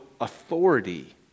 authority